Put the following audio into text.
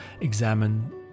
examine